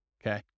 Okay